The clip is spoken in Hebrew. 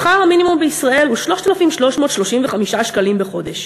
שכר המינימום בישראל הוא 3,335 שקלים בחודש.